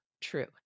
true